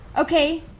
okay.